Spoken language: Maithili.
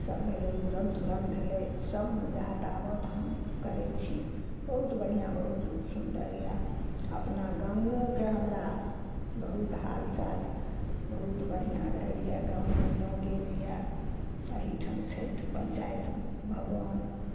सब भेलै मुड़न तुड़न भेलै सबमे जात आबत हम करै छी बहुत बढ़िऑं बहुत सुन्दर यऽ अपना गाँवोॅंके हमरा बहुत हालचाल बहुत बढ़िऑं रहैया गाँवों लगेमे यऽ एहिठाम छथि पंचायत भवन